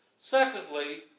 Secondly